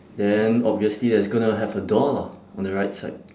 then obviously it's going to have a door lah on the right side